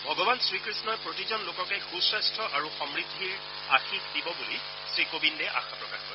ভগৱান শ্ৰীকৃষ্ণই প্ৰতিজন লোককে সুস্বাস্থ্য আৰু সমূদ্ধিৰ আশিস দিব বুলি শ্ৰীকোবিদে আশা প্ৰকাশ কৰে